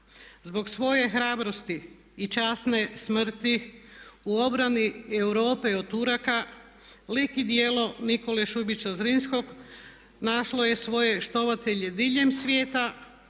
Zbog svoje hrabrosti i časne smrti u obrani Europe od Turaka lik i djelo Nikole Šubića Zrinskog našlo je svoje štovatelje diljem svijeta.